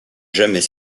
jamais